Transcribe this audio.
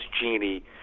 genie